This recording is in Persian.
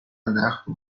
نخل